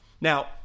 Now